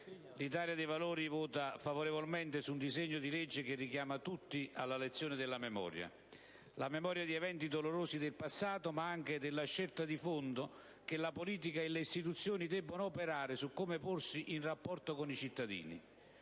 l'Italia dei Valori voterà a favore di un disegno di legge che richiama tutti alla lezione della memoria: la memoria di eventi dolorosi del passato, ma anche della scelta di fondo che la politica e le istituzioni debbono operare su come porsi in rapporto con i cittadini.